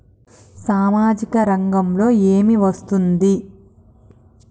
సామాజిక రంగంలో ఏమి వస్తుంది?